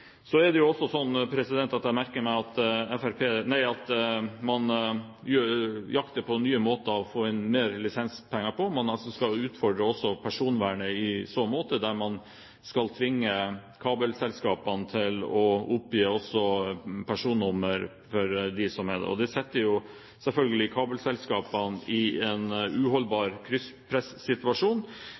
Jeg merker meg at man jakter på nye måter å få inn mer lisenspenger på. Man skal også utfordre personvernet i så måte, man skal tvinge kabelselskapene til å oppgi personnummer for dem som er kunder. Det setter selvfølgelig kabelselskapene i en uholdbar